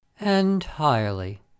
Entirely